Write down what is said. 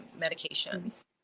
medications